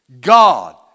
God